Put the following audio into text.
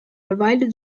divided